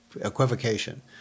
equivocation